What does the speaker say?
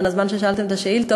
בין הזמן ששאלתם את השאילתות,